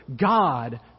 God